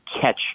catch